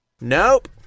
Nope